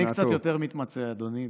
אני קצת יותר מתמצא, אדוני,